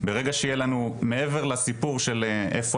ברגע שיהיה לנו מעבר לסיפור של איפה